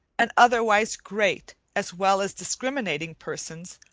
and otherwise great as well as discriminating persons,